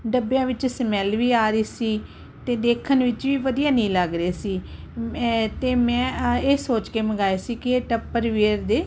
ਡੱਬਿਆਂ ਵਿੱਚ ਸਮੈਲ ਵੀ ਆ ਰਹੀ ਸੀ ਅਤੇ ਦੇਖਣ ਵਿੱਚ ਵੀ ਵਧੀਆ ਨਹੀਂ ਲੱਗ ਰਹੇ ਸੀ ਅਤੇ ਮੈਂ ਇਹ ਸੋਚ ਕੇ ਮੰਗਵਾਏ ਸੀ ਕਿ ਇਹ ਟੱਪਰ ਵੀਅਰ ਦੇ